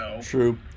True